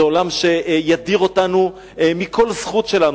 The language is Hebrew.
זה עולם שידיר אותנו מכל זכות שלנו.